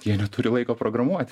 jie neturi laiko programuoti